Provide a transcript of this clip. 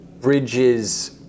bridges